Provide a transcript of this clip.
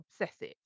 obsessive